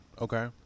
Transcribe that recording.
Okay